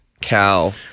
cow